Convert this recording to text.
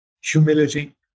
humility